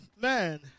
Man